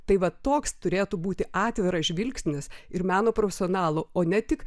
tai va toks turėtų būti atviras žvilgsnis ir meno profesionalų o ne tik